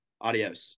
adios